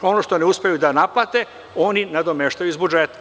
Ono što ne uspeju da naplate, oni nadomeštaju iz budžeta.